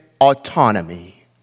autonomy